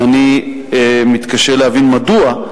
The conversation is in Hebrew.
ואני מתקשה להבין מדוע,